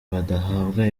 badahabwa